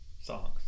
songs